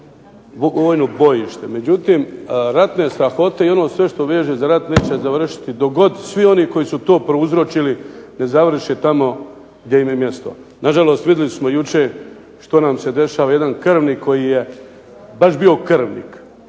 vojno bojište, međutim ratne strahote i ono sve što veže za rat neće završiti dok god svi oni koji su to prouzročili ne završe tamo gdje im je mjesto. Nažalost, vidjeli smo jučer što nam se dešava. Jedan krvnik koji je baš bio krvnik,